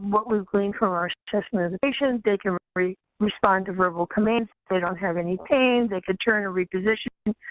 what we've gleamed from our assessment of the patient. they can respond to verbal commands. they don't have any pain. they can turn or reposition